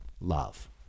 love